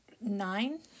Nine